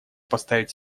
поставить